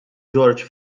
george